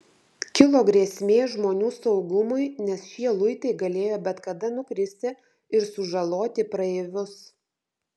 kilo grėsmė žmonių saugumui nes šie luitai galėjo bet kada nukristi ir sužaloti praeivius